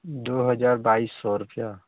दो हज़ार बाईस सौ रुपया